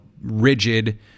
rigid